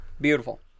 Beautiful